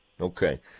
Okay